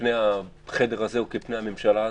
פני החדר הזה הוא כפני הממשלה הזאת,